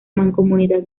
mancomunidad